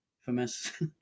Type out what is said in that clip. famous